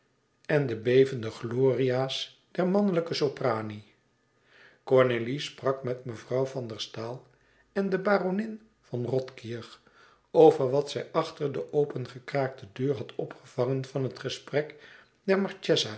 en de bevende gloria's der mannelijke ora ornélie sprak met mevrouw van der staal en de baronin von rothkirch over wat zij achter de opengekraakte deur had opgevangen van het gesprek